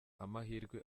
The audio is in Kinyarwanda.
amahirwe